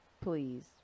please